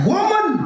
Woman